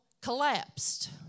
collapsed